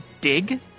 dig